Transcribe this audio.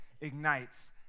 ignites